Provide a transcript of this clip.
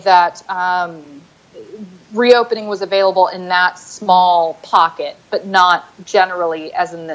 that reopening was available in that small pocket but not generally as in